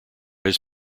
his